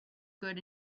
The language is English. good